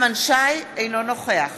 אינו נוכח